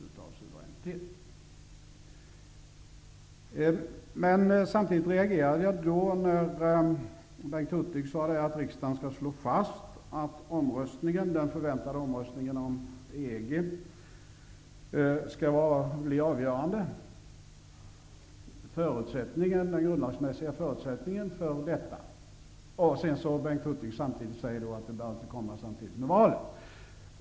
Samtidigt reagerade jag när Bengt Hurtig sade att riksdagen skall slå fast att den förväntade folkomröstningen om EG skall bli avgörande. Samtidigt sade Bengt Hurtig att folkomröstningen inte behöver ske i samband med valet.